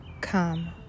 come